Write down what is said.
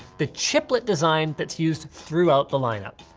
the chiplet design that's used throughout the lineup.